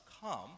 come